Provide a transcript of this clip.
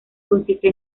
consiste